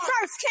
first